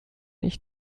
ich